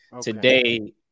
Today